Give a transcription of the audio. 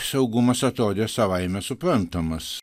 saugumas atrodė savaime suprantamas